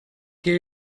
quel